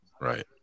right